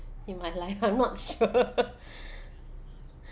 in my life I'm not sure